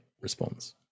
response